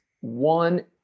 one